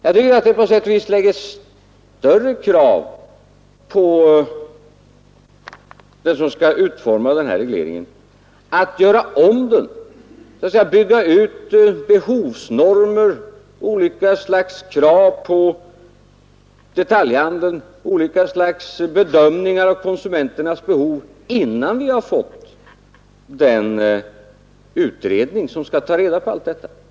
Jag tycker att det på sätt och vis innebär större krav på den som skall utforma en sådan reglering och som skall bygga upp behovsnormer, ställa olika slag av krav på detaljhandeln och göra bedömningar av konsumenternas behov, om han skall göra det innan den utredning som skall ta reda på allt detta framlagts.